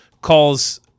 calls